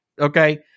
okay